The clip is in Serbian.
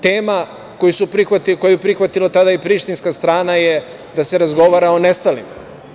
Tema koju je prihvatilo tada i prištinska strana, je da se razgovara o nestalima.